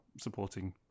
supporting